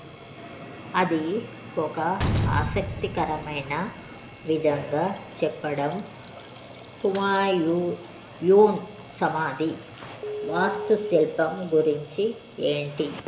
అది ఒక ఆసక్తికరమైన విధంగా చెప్పడం హుమాయూన్ సమాధి వాస్తు శిల్పం గురించి ఏంటి